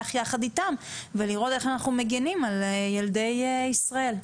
יחד איתם ולראות איך אנחנו מגינים על ילדי ישראל.